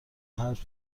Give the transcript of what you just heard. حرف